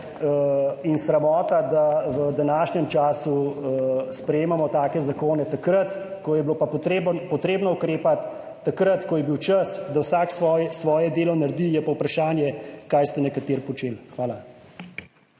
in sramota, da v današnjem času sprejemamo take zakone, takrat, ko je bilo pa treba ukrepati, takrat, ko je bil čas, da vsak naredi svoje delo, je pa vprašanje, kaj ste nekateri počeli. Hvala.